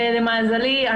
למזלי,